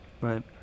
Right